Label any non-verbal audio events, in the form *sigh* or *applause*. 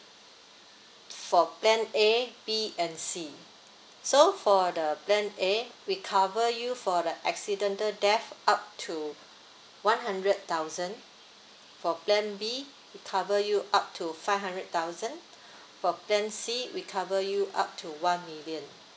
for plan A B and C so for the plan A we cover you for the accidental death up to one hundred thousand for plan B we cover you up to five hundred thousand *breath* for plan C we cover you up to one million